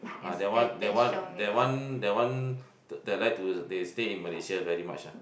uh that one that one that one that one that like to they stay in Malaysia very much ah